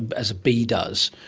as a bee does,